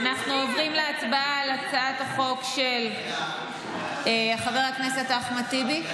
אנחנו עוברים להצבעה על הצעת החוק של חבר הכנסת אחמד טיבי.